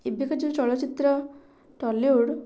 ଏବେକା ଯେଉଁ ଚଳଚ୍ଚିତ୍ର ଟଲିଉଡ଼୍